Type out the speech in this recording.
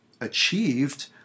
achieved